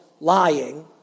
lying